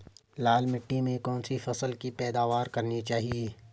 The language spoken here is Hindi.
लाल मिट्टी में कौन सी फसल की पैदावार करनी चाहिए?